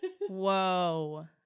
whoa